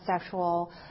sexual